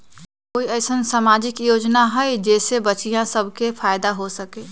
कोई अईसन सामाजिक योजना हई जे से बच्चियां सब के फायदा हो सके?